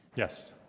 yes.